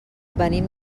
venim